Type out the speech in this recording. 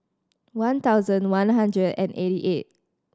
one thousand one hundred and eighty eight